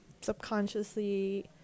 subconsciously